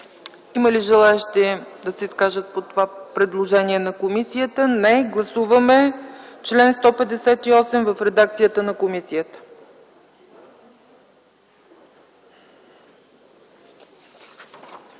Има ли желаещи да се изкажат по това предложение на комисията? Няма. Гласуваме чл. 158 в редакцията на комисията.